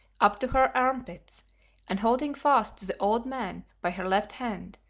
up to her armpits and holding fast to the old man by her left hand,